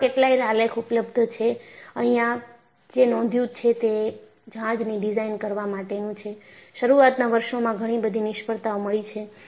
આવા કેટલાય આલેખ ઉપલબ્ધ છે અહિયાં જે શોધ્યું છે તે જહાજની ડિઝાઇન કરવા માટેનું છે શરૂઆતના વર્ષોમાં ઘણીબધી નિષ્ફળતાઓ મળી છે